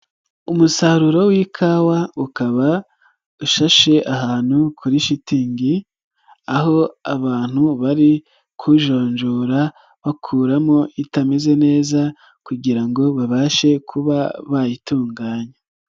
Umusaruro w'ikawa ukaba ushashe ahantu kuri shitingi aho abantu bari kuwujonjora bakuramo itameze neza kugira ngo babashe kuba bayitunganya.